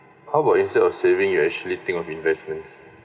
how about instead of savings you actually think of investments